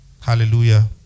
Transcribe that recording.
Hallelujah